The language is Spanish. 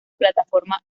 plataforma